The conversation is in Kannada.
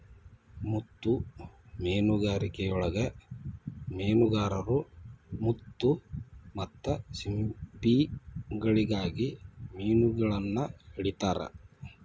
ಮುತ್ತು ಮೇನುಗಾರಿಕೆಯೊಳಗ ಮೇನುಗಾರರು ಮುತ್ತು ಮತ್ತ ಸಿಂಪಿಗಳಿಗಾಗಿ ಮಿನುಗಳನ್ನ ಹಿಡಿತಾರ